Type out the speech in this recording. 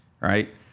right